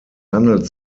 handelt